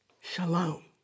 Shalom